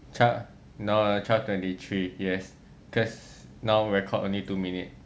twelve no no no twelve twenty three yes cause now record only two minute